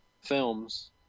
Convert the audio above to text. films